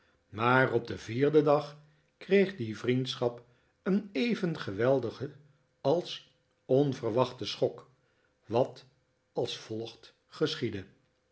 maar op den vierden dag kreeg die vriendschap een even geweldigen als onverwachten schok wat als volgt